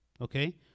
Okay